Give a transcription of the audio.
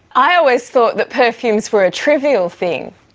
i always thought that perfumes were a trivial thing.